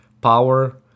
power